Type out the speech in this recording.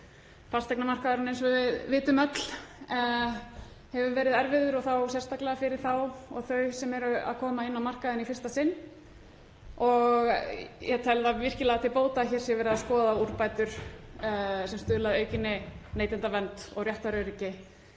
Fasteignamarkaðurinn hefur eins og við vitum öll verið erfiður og þá sérstaklega fyrir þau sem eru að koma inn á markaðinn í fyrsta sinn og ég tel það virkilega til bóta að hér sé verið að skoða úrbætur sem stuðla að aukinni neytendavernd og réttaröryggi